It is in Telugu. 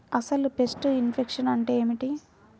అసలు పెస్ట్ ఇన్ఫెక్షన్ అంటే ఏమిటి?